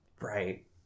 Right